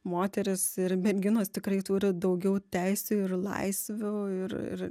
moterys ir merginos tikrai turi daugiau teisių ir laisvių ir ir